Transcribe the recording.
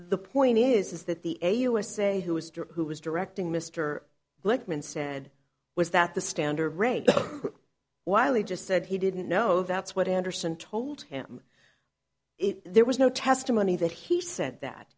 the point is that the usa who was who was directing mr glickman said was that the standard rate while he just said he didn't know that's what andersen told him if there was no testimony that he said that